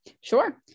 Sure